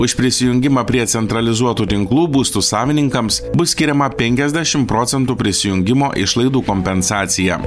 už prisijungimą prie centralizuotų tinklų būstų savininkams bus skiriama penkiasdešim procentų prisijungimo išlaidų kompensacija